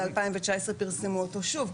ב-2019 פרסמו אותו שוב.